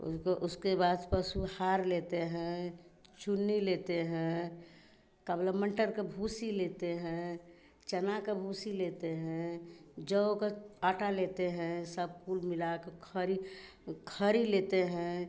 उसको उसके बाद पशु आहार लेते हैं चुन्नी लेते हैं का बोला मटर का भूसी लेते हैं चना का भूसी लेते हैं जौ का आटा लेते हैं सब कुल मिला के खरी खरी लेते हैं